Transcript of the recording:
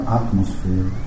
atmosphere